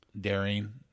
daring